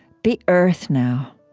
be earth now,